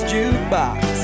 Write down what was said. Jukebox